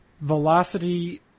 velocity